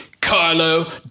Carlo